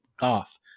off